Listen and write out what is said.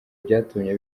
byatumye